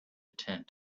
tent